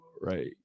Right